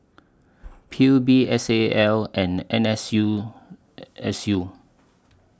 P U B S A L and N S U S U